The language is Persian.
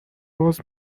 باز